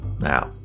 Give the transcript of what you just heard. Now